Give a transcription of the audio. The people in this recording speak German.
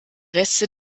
reste